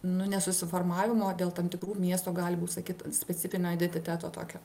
nu nesusiformavimo dėl tam tikrų miesto gali būt sakyt specifinio idetiteto tokio